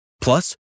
Plus